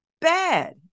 bad